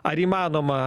ar įmanoma